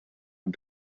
are